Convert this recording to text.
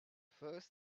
first